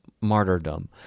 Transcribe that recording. martyrdom